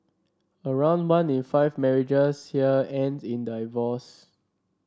around one in five marriages here ends in divorce